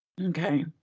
Okay